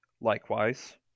Likewise